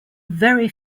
very